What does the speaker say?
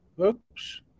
Oops